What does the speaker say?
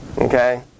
Okay